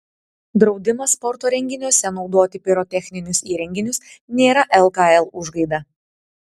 draudimas sporto renginiuose naudoti pirotechninius įrenginius nėra lkl užgaida